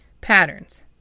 Patterns